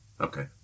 Okay